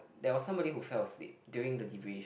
there was somebody who fell asleep during the debrief